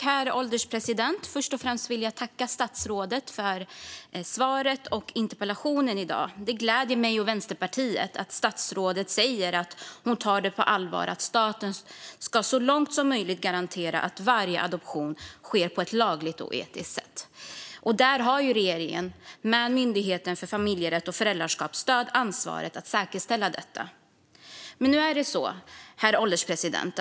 Herr ålderspresident! Först vill jag tacka statsrådet för svaret på interpellationen i dag. Det gläder mig och Vänsterpartiet att statsrådet säger att hon tar på allvar att staten så långt som möjligt ska garantera att varje adoption sker på ett lagligt och etiskt sätt. Regeringen har med Myndigheten för familjerätt och föräldraskapsstöd ansvar för att säkerställa detta. Herr ålderspresident!